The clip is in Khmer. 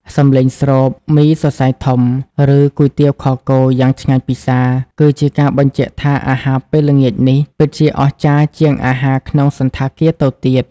សំឡេងស្រូប មីសរសៃធំ ឬ គុយទាវខគោ យ៉ាងឆ្ងាញ់ពិសា គឺជាការបញ្ជាក់ថាអាហារពេលល្ងាចនេះ ពិតជាអស្ចារ្យជាងអាហារក្នុងសណ្ឋាគារទៅទៀត។